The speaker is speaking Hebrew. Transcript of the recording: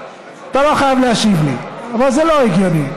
אתה לא חייב להשיב לי, אבל זה לא הגיוני.